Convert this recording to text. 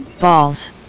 Balls